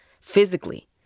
physically